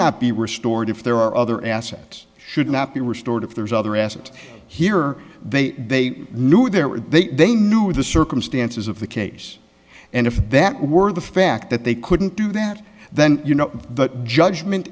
not be restored if there are other assets should not be restored if there's other assets here they they knew there were they they knew the circumstances of the case and if that were the fact that they couldn't do that then you know the judgment